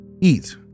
Eat